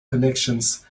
connections